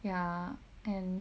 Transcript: ya and